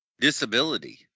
disability